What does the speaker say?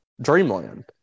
Dreamland